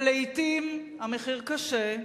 ולעתים המחיר קשה.